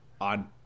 on